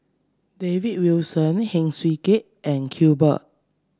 David Wilson Heng Swee Keat and Iqbal